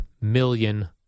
million